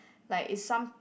like is some